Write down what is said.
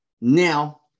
Now